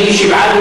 מי שבעד,